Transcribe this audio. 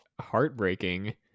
heartbreaking